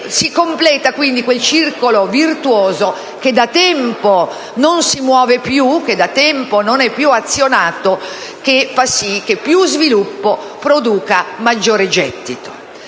Si completa quindi quel circolo virtuoso che da tempo non si muove più, che da tempo non è più azionato, che fa sì che più sviluppo produca maggiore gettito.